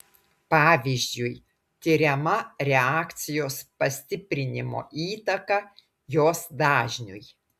pavyzdžiui tiriama reakcijos pastiprinimo įtaka jos dažniui